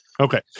Okay